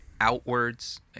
outwards